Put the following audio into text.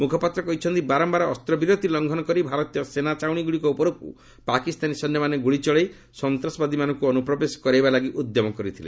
ମୁଖପାତ୍ର କହିଛନ୍ତି ବାରମ୍ଭାର ଅସ୍ତ୍ରବିରତି ଲଙ୍ଘନ କରି ଭାରତୀୟ ସେନା ଛାଉଣିଗୁଡ଼ିକ ଉପରକୁ ପାକିସ୍ତାନୀ ସୈନ୍ୟମାନେ ଗୁଳି ଚଳାଇ ସନ୍ତାସବାଦୀମାନଙ୍କୁ ଅନୁପ୍ରବେଶ କରେଇବା ଲାଗି ଉଦ୍ୟମ କରିଥିଲା